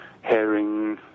herring